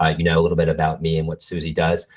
ah you know a little bit about me and what suzy does,